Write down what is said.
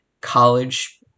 college